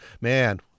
man